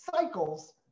cycles